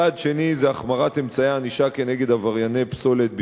צד שני זה החמרת אמצעי הענישה כנגד עברייני פסולת בניין.